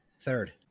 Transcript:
Third